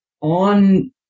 on